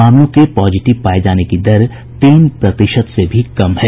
मामलों के पॉजिटिव पाये जाने की दर तीन प्रतिशत से भी कम है